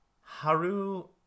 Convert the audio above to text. Haru